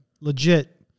legit